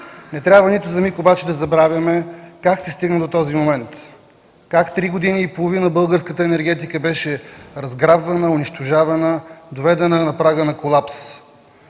Не трябва нито за миг обаче да забравяме как се стигна до този момент, как три години и половина българската енергетика беше разграбвана, унищожавана, доведена на прага на колапс